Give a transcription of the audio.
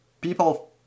people